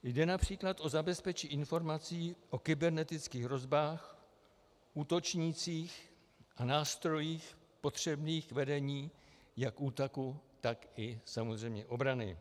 Jde například o zabezpečení informací o kybernetických hrozbách, útočnících a nástrojích potřebných k vedení jak útoku, tak i samozřejmě obrany.